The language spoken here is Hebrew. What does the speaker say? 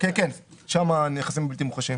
כן, שם נכסים בלתי מוחשיים.